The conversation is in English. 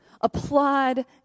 applaud